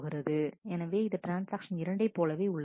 எனவே இது ட்ரான்ஸ்ஆக்ஷன் இரண்டை போலவே உள்ளது